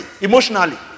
emotionally